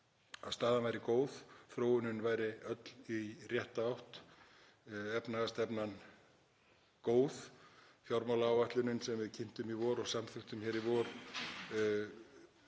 að staðan væri góð. Þróunin væri öll í rétta átt, efnahagsstefnan góð, fjármálaáætlunin, sem við kynntum í vor og samþykktum hér í vor,